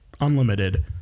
unlimited